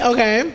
Okay